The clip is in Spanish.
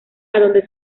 adonde